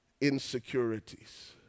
insecurities